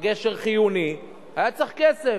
הגשר חיוני, היה צריך כסף.